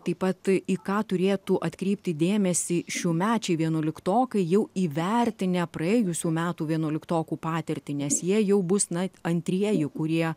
taip pat į ką turėtų atkreipti dėmesį šiųmečiai vienuoliktokai jau įvertinę praėjusių metų vienuoliktokų patirtį nes jie jau bus na antrieji kurie